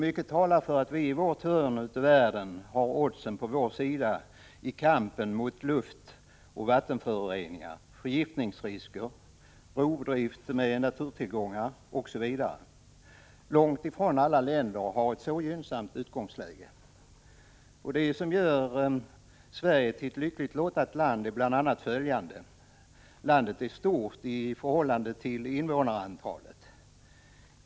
Mycket talar för att vi i vårt hörn av världen har oddsen på vår sida i kampen mot luftoch vattenföroreningar, förgiftningsrisker, rovdrift på naturtillgångar osv. Långt ifrån alla länder har ett så gynnsamt utgångsläge. Det som gör Sverige till ett lyckligt lottat land är bl.a. följande. — Landet är stort i förhållande till invånarantalet.